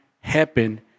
happen